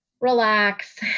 relax